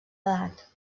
edat